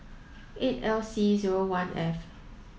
eight L C zero one F